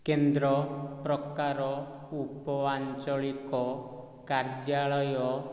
କେନ୍ଦ୍ର ପ୍ରକାର ଉପଆଞ୍ଚଳିକ କାର୍ଯ୍ୟାଳୟ